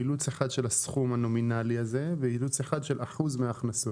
אילוץ אחד של הסכום הנומינאלי הזה ואילוץ אחד של אחוז מההכנסות.